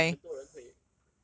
like 很多人会